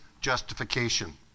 justification